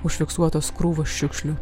užfiksuotos krūvos šiukšlių